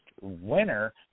winner